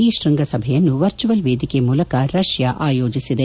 ಈ ಶ್ಪಂಗಸಭೆಯನ್ನು ವರ್ಚುವಲ್ ವೇದಿಕೆ ಮೂಲಕ ರಷ್ಲಾ ಆಯೋಜಿಸಿದೆ